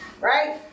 right